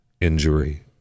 injury